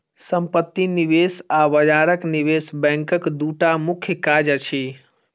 सम्पत्ति निवेश आ बजार निवेश बैंकक दूटा मुख्य काज अछि